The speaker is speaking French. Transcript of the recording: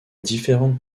différentes